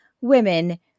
women